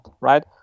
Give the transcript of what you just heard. right